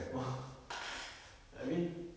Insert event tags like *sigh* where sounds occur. oh *noise* I mean